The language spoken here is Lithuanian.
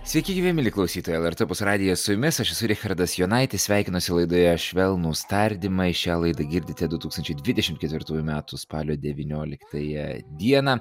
sveiki gyvi mieli klausytojai lrt opus radijas su jumis aš esu richardas jonaitis sveikinuosi laidoje švelnūs tardymai šią laidą girdite du tūkstančiai dvidešimt ketvirtųjų metų spalio devynioliktąją dieną